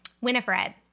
Winifred